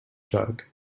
jug